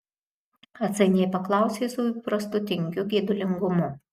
atsainiai paklausė su įprastu tingiu geidulingumu